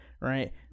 right